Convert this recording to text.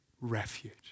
refuge